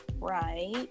right